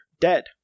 dead